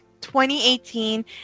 2018